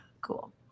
cool